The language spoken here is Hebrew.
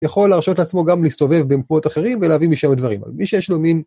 יכול להרשות לעצמו גם להסתובב במקומות אחרים ולהביא משם את דברים. מי שיש לו מין...